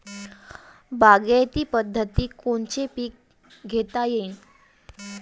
बागायती पद्धतीनं कोनचे पीक घेता येईन?